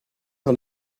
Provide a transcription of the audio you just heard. had